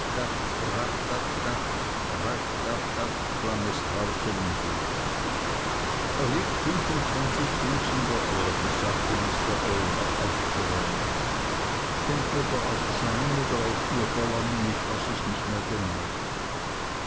im hofe er liegt fünfundzwanzig fuß tief in der erde sagte mr omer aufgeräumt entweder auf sein oder auf ihr verlangen ich weiß es nicht mehr genau